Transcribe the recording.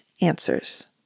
answers